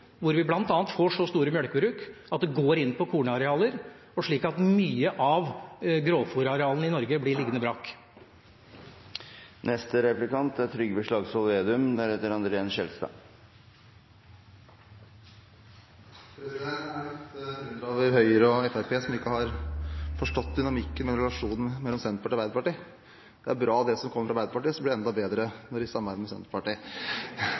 hvor vi bl.a. får så store melkebruk at de går inn på kornarealer, og slik at mye av grovfôrarealene i Norge blir liggende brakk. Jeg er litt forundret over Høyre og Fremskrittspartiet, som ikke har forstått dynamikken og relasjonen mellom Senterpartiet og Arbeiderpartiet. Det som kommer fra Arbeiderpartiet, er bra, så blir det enda bedre når de samarbeider med Senterpartiet.